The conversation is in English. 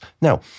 Now